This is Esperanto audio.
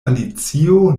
alicio